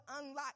unlock